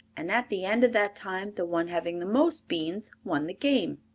and at the end of that time the one having the most beans won the game.